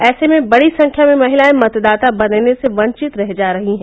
ऐसे में बड़ी संख्या में महिलायें मतदाता बनने से वंचित रह जा रही हैं